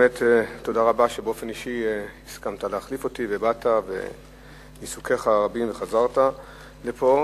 תודה רבה שבאופן אישי הסכמת להחליף אותי ובאת מעיסוקיך הרבים וחזרת לפה,